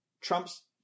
Trump's